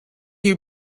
you